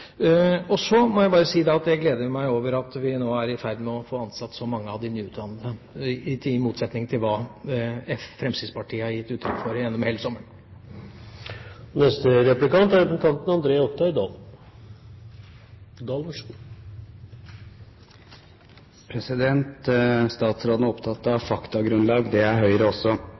Så må jeg bare si at jeg gleder meg over at vi nå er i ferd med å få ansatt så mange av de nyutdannede, i motsetning til hva Fremskrittspartiet har gitt uttrykk for gjennom hele sommeren. Statsråden er opptatt av faktagrunnlag. Det er Høyre også. Statistisk sentralbyrås siste tall viser at politidekningen nå er 1,6 per 1 000 innbyggere i snitt – det